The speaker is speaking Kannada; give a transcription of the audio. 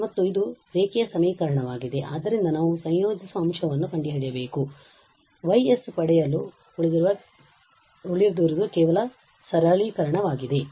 ಮತ್ತು ಇದು ರೇಖೀಯ ಸಮೀಕರಣವಾಗಿದೆ ಆದ್ದರಿಂದ ನಾವು ಸಂಯೋಜಿಸುವ ಅಂಶವನ್ನು ಕಂಡುಹಿಡಿಯಬೇಕು Y ಪಡೆಯಲು ಉಳಿದಿರುವುದು ಕೇವಲ ಸರಳೀಕರಣವಾಗಿದೆ